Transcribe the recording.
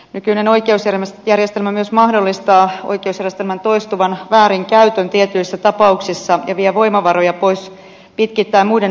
nykyinen oikeusjärjestelmä myös mahdollistaa oikeusjärjestelmän toistuvan väärinkäytön tietyissä tapauksissa ja vie voimavaroja pois pitkittäen muiden asioiden käsittelyaikoja